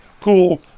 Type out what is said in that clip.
cool